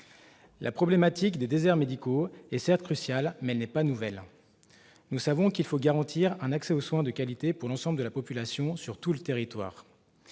La problématique des déserts médicaux est, certes, cruciale, mais elle n'est pas nouvelle. Nous savons qu'il faut garantir un accès aux soins de qualité pour l'ensemble de la population, sur tout le territoire.